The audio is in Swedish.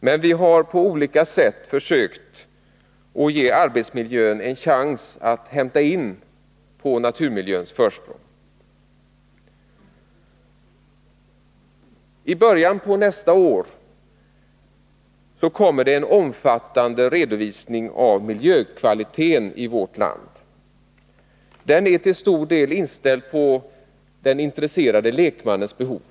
Men vi har på olika sätt försökt att ge arbetsmiljön en chans att hämta in naturmiljöns försprång. I början av nästa år kommer en omfattande redovisning av miljökvaliteten i vårt land. Den är till stor del inställd på den intresserade lekmannens behov.